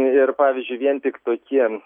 ir pavyzdžiui vien tik tokie